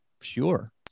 sure